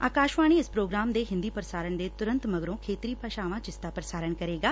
ਆਕਾਸ਼ਵਾਣੀ ਇਸ ਪ੍ਰੋਗਰਾਮ ਦੇ ਹਿੰਦੀ ਪ੍ਸਾਰਣ ਦੇ ਤੁਰੰਤ ਮਗਰੋਂ ਖੇਤਰੀ ਭਾਸ਼ਾਵਾਂ ਚ ਇਸ ਦਾ ਪ੍ਸਾਰਣ ਕਰੇਗਾ